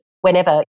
whenever